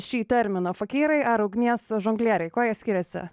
šį terminą fakyrai ar ugnies žonglieriai kuo jie skiriasi